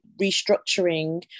restructuring